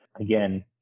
Again